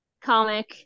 comic